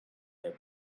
their